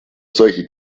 solche